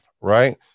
right